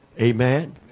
Amen